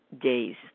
days